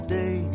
day